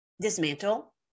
Dismantle